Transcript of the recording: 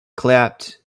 clapped